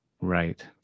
Right